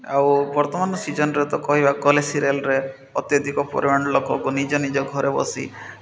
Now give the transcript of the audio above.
ଆଉ ବର୍ତ୍ତମାନ ସିଜନ୍ରେ ତ କହିବା କଲେ ସିରିଏଲ୍ରେ ଅତ୍ୟଧିକ ପରିମାଣରେ ଲୋକକୁ ନିଜ ନିଜ ଘରେ ବସି